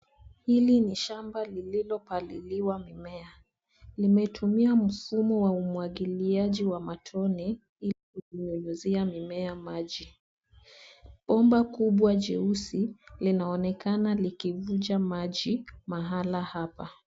Hili ni shamba lililo paliliwa mimea. Limetumia mfumo wa umwagiliaji wa matone ili ikunyunyizia mimea maji. Bomba kubwa jeusi, linaonekana likivunja maji mahala hapa.